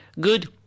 Good